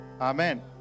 Amen